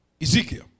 Ezekiel